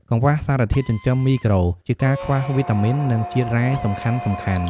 កង្វះសារធាតុចិញ្ចឹមមីក្រូ ជាការខ្វះវីតាមីន និងជាតិរ៉ែសំខាន់ៗ។